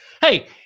hey